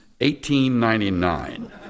1899